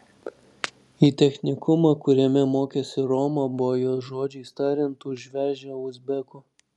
į technikumą kuriame mokėsi roma buvo jos žodžiais tariant užvežę uzbekų